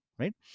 right